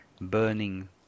burning